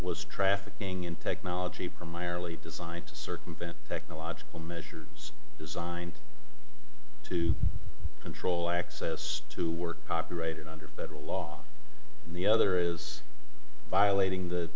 was trafficking in technology primarily designed to circumvent technological measures designed to control access to work copyrighted under federal law and the other is violating the